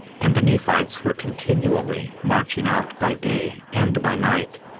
and the nephites were continually marching out by day and by night,